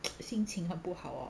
心情很不好哦